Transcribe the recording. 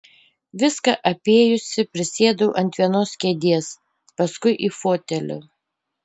viską apėjusi prisėdau ant vienos kėdės paskui į fotelį